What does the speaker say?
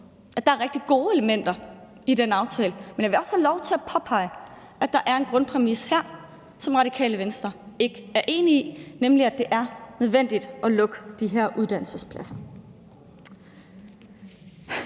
at der er rigtig gode elementer i den aftale, men jeg vil også have lov til at påpege, at der er en grundpræmis her, som Radikale Venstre ikke er enig i, nemlig at det er nødvendigt at lukke de her uddannelsespladser.